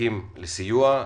שזקוקים לסיוע.